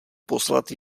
poslat